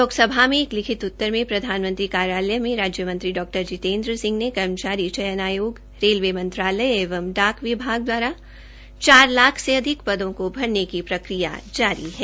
लोकसभा में एक लिखित उत्तर में प्रधानमंत्री कार्यालय में राज्यमंत्री डॉ जितेन्द्र सिंह ने कहा कि कर्मचारी चयन आयोग रेलवे मंत्रालय एवं डाक विभाग द्वारा चार लाख से अधिक पदों को भरने की प्रक्रिया जारी है